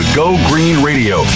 gogreenradio